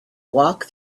walk